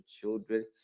children